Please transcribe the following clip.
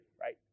right